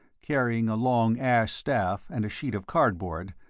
carrying a long ash staff and a sheet of cardboard,